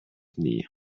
knee